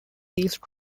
these